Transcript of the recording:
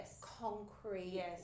concrete